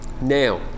Now